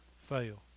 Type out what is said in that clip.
fail